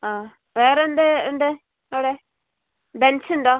ആ വേറെ എന്ത് ഉണ്ട് അവിടെ ബെൻസ് ഉണ്ടോ